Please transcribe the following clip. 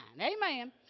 Amen